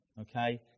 okay